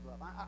love